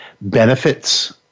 benefits